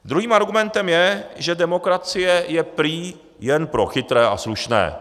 Druhým argumentem je, že demokracie je prý jen pro chytré a slušné.